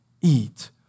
Eat